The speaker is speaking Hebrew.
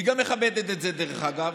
היא גם מכבדת את זה, דרך אגב,